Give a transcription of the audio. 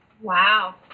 Wow